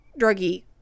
druggy